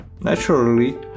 naturally